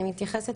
אני מתייחסת